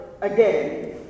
again